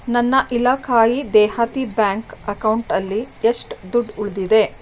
ನನ್ನ ಇಲಾಖಾ ಇ ದೇಹಾತಿ ಬ್ಯಾಂಕ್ ಅಕೌಂಟ್ ಅಲ್ಲಿ ಎಷ್ಟು ದುಡ್ಡು ಉಳಿದಿದೆ